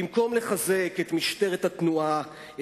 במקום לחזק את משטרת התנועה,